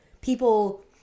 people